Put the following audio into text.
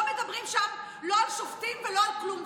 לא מדברים שם לא על שופטים ולא על כלום,